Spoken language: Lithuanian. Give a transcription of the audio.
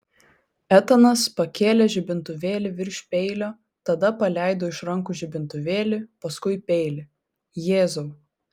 etanas pakėlė žibintuvėlį virš peilio tada paleido iš rankų žibintuvėlį paskui peilį jėzau